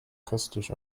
köstlich